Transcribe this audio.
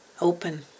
open